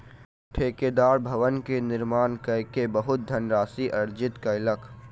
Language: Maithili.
ठेकेदार भवन के निर्माण कय के बहुत धनराशि अर्जित कयलक